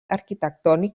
arquitectònic